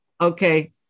Okay